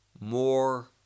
more